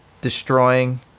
destroying